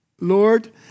Lord